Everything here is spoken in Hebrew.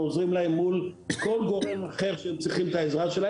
אנחנו עוזרים להם מול כל גורם אחר שהם צריכים עזרה,